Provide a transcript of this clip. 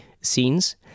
scenes